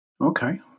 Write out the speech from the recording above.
Okay